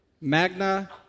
magna